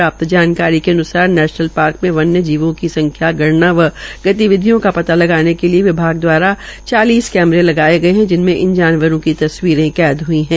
प्राप्त जानकारी के अन्सार नैशनल पार्क में वन्य जीवों की संख्या गणना व गतिविधियों का पता लगाने के लिए विभाग दवारा चालीस कैमरे लगाये गये है जिनमें इन जानवरों की तस्वीरे कैद हुई है